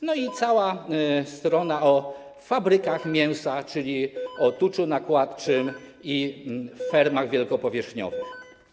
I cała strona o fabrykach mięsa, czyli o tuczu nakładczym i fermach wielkopowierzchniowych.